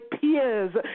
peers